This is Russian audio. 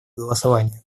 голосования